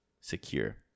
secure